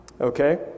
Okay